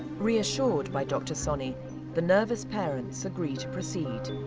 reassured by dr soni the nervous parents agree to proceed.